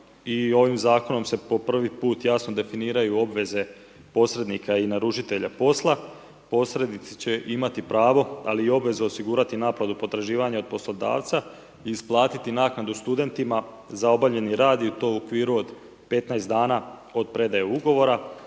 ovim zakonom se po prvi put jasno definiraju obveze posrednika i naručitelja posla, posrednici će imati pravo, ali i obvezu osigurati naplatu potraživanja poslodavca, isplatiti naknadu studentima za obavljeni rad i to u okviru od 15 dana od predaje ugovora.